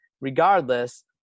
Regardless